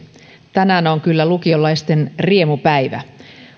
tänään on kyllä lukiolaisten riemupäivä